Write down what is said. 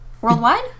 worldwide